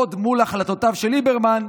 לעמוד מול החלטותיו של ליברמן.